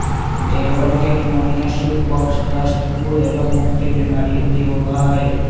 भेंड़वन के pneumonia, sheep pox, दस्त, खुर एवं मुँह के बेमारियन भी होबा हई